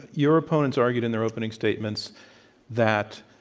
your opponents argued in their opening statements that